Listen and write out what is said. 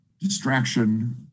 distraction